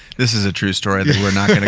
this is a true story that we're not gonna